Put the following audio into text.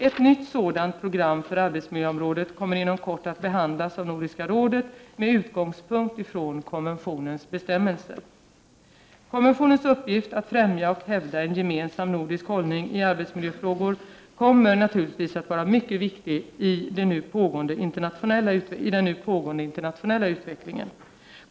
Ett nytt sådant program för arbetsmiljöområdet kommer inom kort att behandlas av Nordiska rådet med utgångspunkt från konventionens bestämmelser. Konventionens uppgift att fträmja och hävda en gemensam nordisk hållning i arbetsmiljöfrågor kommer naturligtvis att vara mycket viktig i den nu pågående internationella utvecklingen.